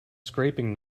scraping